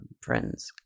friends